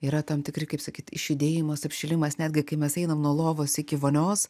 yra tam tikri kaip sakyt išjudėjimas apšilimas netgi kai mes einam nuo lovos iki vonios